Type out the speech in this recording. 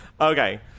Okay